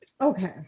Okay